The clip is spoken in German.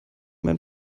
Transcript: mein